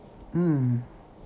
mm